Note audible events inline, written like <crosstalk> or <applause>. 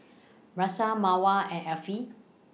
<unintelligible> Mawar and Afiq